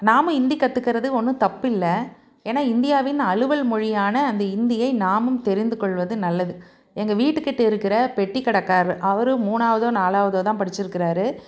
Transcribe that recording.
நாம ஹிந்தி கற்றுக்கறது ஒன்னும் தப்பு இல்லை ஏன்னா இந்தியாவின் அலுவல் மொழியான அந்த இந்தியை நாமும் தெரிந்து கொள்வது நல்லது எங்கள் வீட்டுக்கிட்ட இருக்கிற பெட்டிக்கடக்காரரு அவரும் மூணாவதோ நாலாவதோ தான் படிச்சிருக்கிறார்